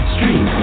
Stream